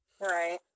Right